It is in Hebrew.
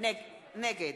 נגד